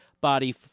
body